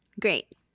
Great